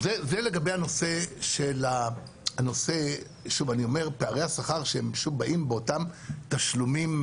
זה לגבי הנושא של פערי השכר שבאים באותם תשלומים,